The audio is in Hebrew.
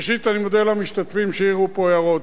ראשית, אני מודה למשתתפים שהעירו פה הערות.